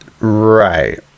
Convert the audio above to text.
Right